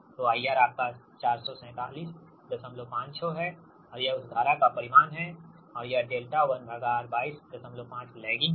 तो IR आपका 47756 है और यह उस धारा का परिमाण है और यह 𝛿1R 225 लैगिंग है